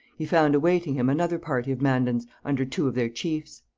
he found awaiting him another party of mandans under two of their chiefs.